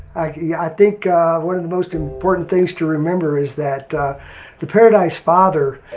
yeah i think one of the most important things to remember is that the paradise father,